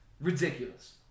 Ridiculous